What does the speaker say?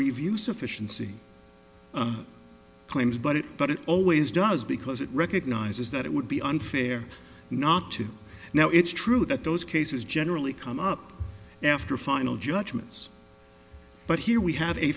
review sufficiency claims but it but it always does because it recognizes that it would be unfair not to now it's true that those cases generally come up after final judgments but here we have a